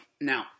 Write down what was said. Now